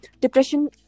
Depression